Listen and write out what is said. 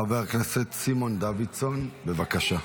חבר הכנסת סימון דוידסון, בבקשה.